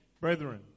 brethren